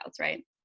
right